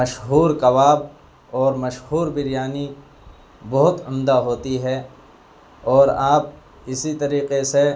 مشہور کباب اور مشہور بریانی بہت عمدہ ہوتی ہے اور آپ اسی طریقے سے